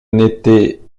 n’était